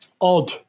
Odd